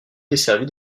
desservie